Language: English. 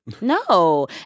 No